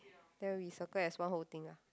then we circle as one whole thing lah